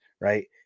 right